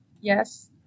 yes